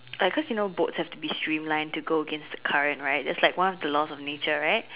like cause you know boat have to be streamline to go against the current right that's like one of the laws of nature right